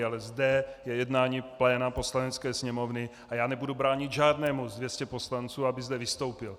Ale zde je jednání pléna Poslanecké sněmovny a já nebudu bránit žádnému z 200 poslanců, aby zde vystoupil.